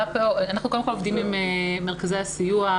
אנחנו קודם כל עובדים עם מרכזי הסיוע,